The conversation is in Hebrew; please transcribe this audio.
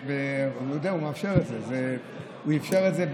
הוא יודע, הוא מאפשר את זה, הוא אפשר את זה.